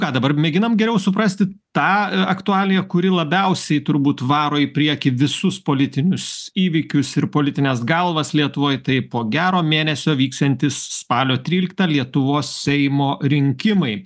ką dabar mėginam geriau suprasti tą aktualiją kuri labiausiai turbūt varo į priekį visus politinius įvykius ir politines galvas lietuvoj tai po gero mėnesio vyksiantys spalio tryliktą lietuvos seimo rinkimai